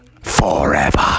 forever